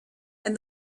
and